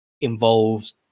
involves